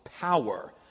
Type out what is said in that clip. power